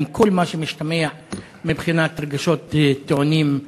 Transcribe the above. על כל מה שמשתמע מבחינת רגשות טעונים.